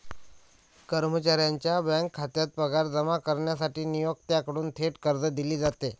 कर्मचाऱ्याच्या बँक खात्यात पगार जमा करण्यासाठी नियोक्त्याकडून थेट कर्ज दिले जाते